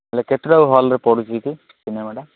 ହେଲେ କେତେଟା ହଲରେ ପଡ଼ୁଛି କି ସିନେମାଟା